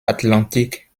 atlantique